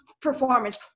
performance